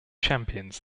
champions